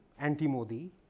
anti-Modi